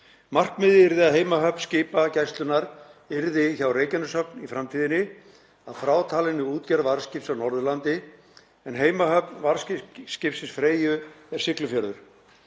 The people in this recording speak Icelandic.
Markmiðið yrði að heimahöfn skipa Gæslunnar yrði í Reykjaneshöfn í framtíðinni að frátalinni útgerð varðskips á Norðurlandi en heimahöfn varðskipsins Freyju er Siglufjörður.